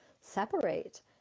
separate